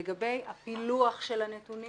לגבי הפילוח של הנתונים,